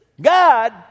God